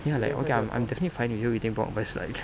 ya like okay I'm I'm definitely fine with you eating pork but it's like